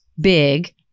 big